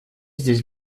здесь